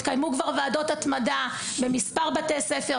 התקיימו כבר ועדות התמדה במספר בתי ספר,